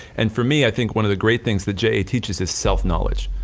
and for me i think one of the great things that ja teaches is self-knowledge.